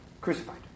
crucified